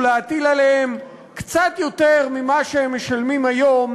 להטיל עליהם קצת יותר ממה שהם משלמים היום,